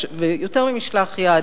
יותר ממשלח יד,